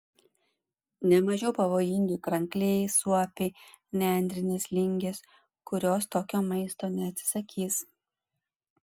ne mažiau pavojingi krankliai suopiai nendrinės lingės kurios tokio maisto neatsisakys